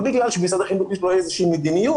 בגלל שמשרד החינוך יש לו איזושהי מדיניות.